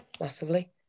massively